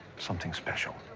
something special.